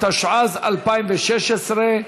התשע"ז 2016,